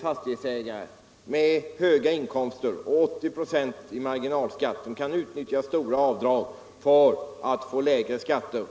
fastighetsägare med höga inkomster och 80 96 i marginalskatt, vilka kan utnyttja stora avdrag för att få lägre skatter.